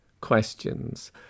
questions